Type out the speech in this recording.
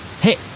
hey